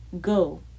go